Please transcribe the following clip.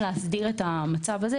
להסדיר גם את המצב הזה,